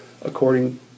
according